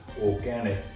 organic